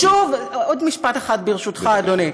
עוד משפט אחד, ברשותך, אדוני.